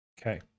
Okay